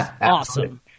awesome